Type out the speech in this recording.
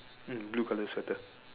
mm blue color sweater